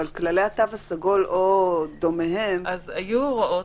אבל כללי התו הסגול או דומיהם --- אז היו הוראות,